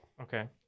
okay